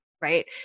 right